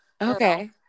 Okay